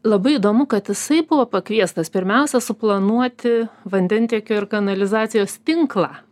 labai įdomu kad jisai buvo pakviestas pirmiausia suplanuoti vandentiekio ir kanalizacijos tinklą